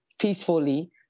peacefully